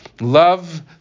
love